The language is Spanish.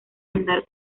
andar